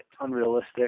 unrealistic